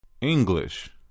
English